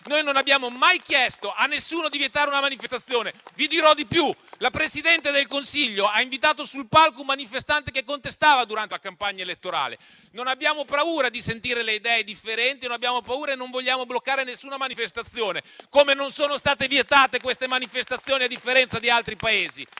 Noi non abbiamo mai chiesto a nessuno di vietare una manifestazione. Vi dirò di più: la Presidente del Consiglio ha invitato sul palco un manifestante che contestava durante la campagna elettorale. Non abbiamo paura di sentire le idee differenti e non vogliamo bloccare nessuna manifestazione, come non sono state vietate queste manifestazioni, a differenza di altri Paesi.